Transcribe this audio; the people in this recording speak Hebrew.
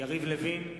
יריב לוין,